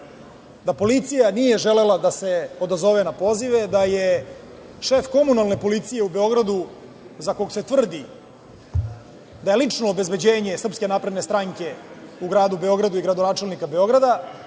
Da policija nije želela da se odazove na pozive, da je šef komunalne policije u Beogradu za kog se tvrdi da je lično obezbeđenje SNS u Gradu Beogradu i gradonačelnika Beograda,